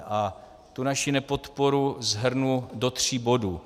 A tu naši nepodporu shrnu do tří bodů.